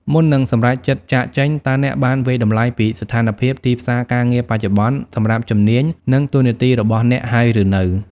មុននឹងសម្រេចចិត្តចាកចេញ តើអ្នកបានវាយតម្លៃពីស្ថានភាព ទីផ្សារការងារបច្ចុប្បន្ន សម្រាប់ជំនាញ និងតួនាទីរបស់អ្នកហើយឬនៅ?